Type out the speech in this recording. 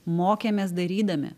mokėmės darydami